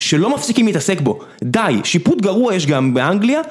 שלא מפסיקים להתעסק בו, די, שיפוט גרוע יש גם באנגליה,